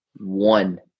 one